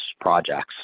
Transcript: projects